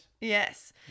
yes